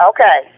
Okay